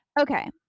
Okay